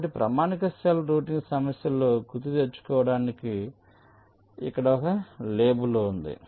కాబట్టి ప్రామాణిక cell routing సమస్యలో గుర్తుకు తెచ్చుకోవటానికి మనకు ఇక్కడ లేబుల్ ఉంది